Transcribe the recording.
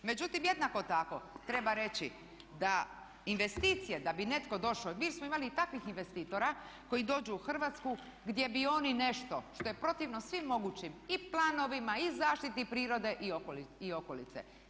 Međutim, jednako tako treba reći da investicije da bi netko došao, mi smo imali i takvih investitora koji dođu u Hrvatsku gdje bi oni nešto što je protivno svim mogućim i planovima, i zaštiti prirode i okolice.